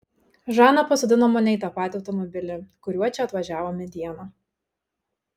žana pasodino mane į tą patį automobilį kuriuo čia atvažiavome dieną